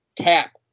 cap